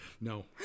No